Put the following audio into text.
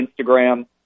Instagram